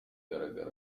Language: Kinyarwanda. byagaragaye